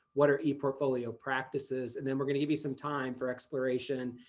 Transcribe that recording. what are eportfolio practices, and then we're going to give you some time for exploration,